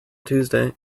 tuesday